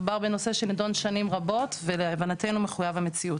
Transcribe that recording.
מדובר בנושא שנדון שנים רבות ולהבנתנו מחויב המציאות.